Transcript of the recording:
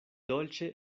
dolĉe